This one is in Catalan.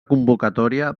convocatòria